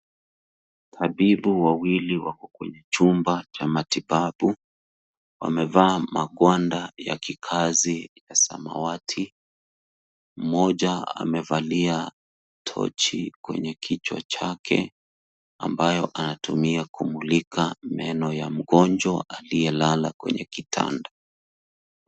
Tabibu wawili wako kwenye chumba cha matibabu. Wamevaa magwanda ya kikazi ya samawati. Mmoja amevalia tochi kwenye kichwa chake ambayo anatumia kumulika meno ya mgonjwa aliyelala kwenye kitanda.